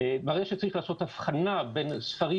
ברגע שצריך לעשות הבחנה בין הספרים